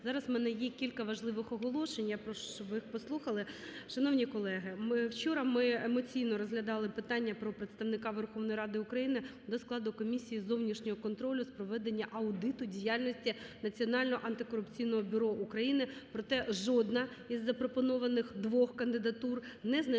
зараз в мене є кілька важливих оголошень і я прошу, щоб ви їх послухали. Шановні колеги, вчора ми емоційно розглядали питання про представника Верховної Ради України до складу Комісії з зовнішнього контролю з проведення аудиту діяльності Національного антикорупційного бюро України. Проте, жодна із запропонованих двох кандидатур не знайшла